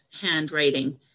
handwriting